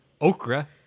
okra